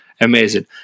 amazing